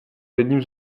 jedním